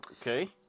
Okay